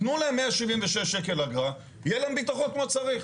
תנו להם 176 שקל אגרה, יהיה להם ביטחון כמו צריך.